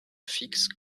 fixe